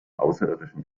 außerirdischen